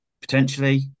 potentially